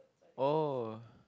oh